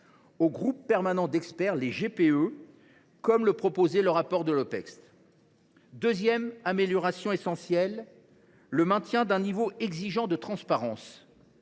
aux groupes permanents d’experts, les GPE, comme le proposait le rapport de l’Opecst. Deuxième amélioration essentielle : le maintien d’un niveau exigeant de transparence.